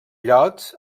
llocs